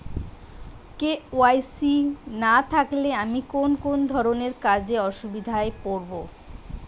KYC না থাকলে আমি কোন কোন ধরনের কাজে অসুবিধায় পড়ব?